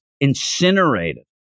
incinerated